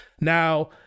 Now